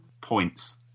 points